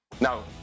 now